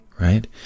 right